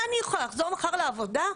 אני יכולה לחזור מחר לעבודה?